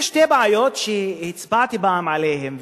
יש שתי בעיות שהצבעתי פעם עליהן,